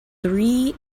three